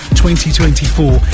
2024